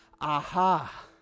Aha